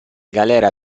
galera